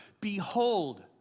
behold